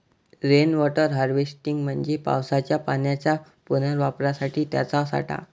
rain water harvesting म्हणजे पावसाच्या पाण्याच्या पुनर्वापरासाठी त्याचा साठा